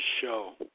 show